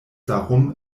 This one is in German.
darum